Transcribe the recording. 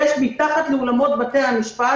יש מתחת לאולמות בתי המשפט,